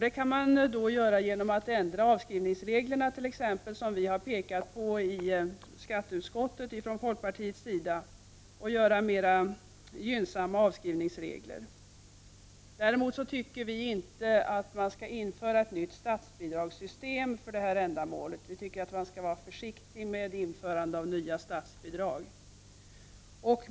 Det kan man göra genom att t.ex. ändra avskrivningsreglerna och göra dem mera gynnsamma, som folkpartiet har pekat på i skatteutskottet. Däremot tycker vi inte att ett nytt statsbidragssystem skall införas för detta ändamål, då man bör vara försiktig med införandet av nya statsbidrag.